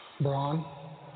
Braun